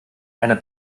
einer